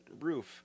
roof